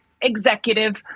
executive